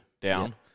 down